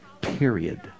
period